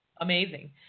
amazing